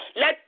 let